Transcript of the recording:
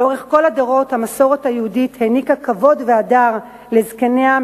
לאורך כל הדורות המסורת היהודית העניקה כבוד והדר לזקניה,